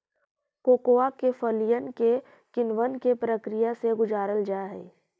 cocoa के फलियन के किण्वन के प्रक्रिया से गुजारल जा हई